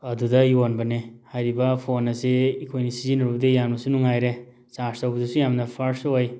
ꯑꯗꯨꯗ ꯌꯣꯟꯕꯅꯦ ꯍꯥꯏꯔꯤꯕ ꯐꯣꯟ ꯑꯁꯤ ꯑꯩꯈꯣꯏꯅ ꯁꯤꯖꯟꯅꯔꯨꯕꯗꯩ ꯌꯥꯝꯅꯁꯨ ꯅꯨꯡꯉꯥꯏꯔꯦ ꯆꯥꯔꯖ ꯇꯧꯕꯗꯁꯨ ꯌꯥꯝꯅ ꯐꯥꯁꯠ ꯑꯣꯏ